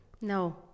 no